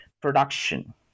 production